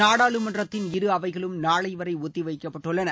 நாடாளுமன்றத்தின் இரு அவைகளும் நாளை வரை ஒத்திவைக்கப்பட்டுள்ளன